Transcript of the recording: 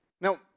Now